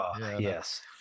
yes